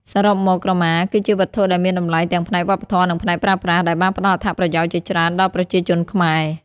សរុបមក ក្រមាគឺជាវត្ថុដែលមានតម្លៃទាំងផ្នែកវប្បធម៌និងផ្នែកប្រើប្រាស់ ដែលបានផ្តល់អត្ថប្រយោជន៍ជាច្រើនដល់ប្រជាជនខ្មែរ។